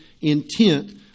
intent